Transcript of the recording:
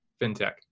fintech